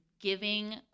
giving